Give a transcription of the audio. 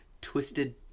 twisted